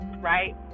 right